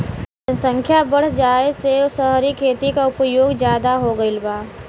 जनसख्या बढ़ जाये से सहरी खेती क उपयोग जादा हो गईल बा